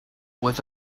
with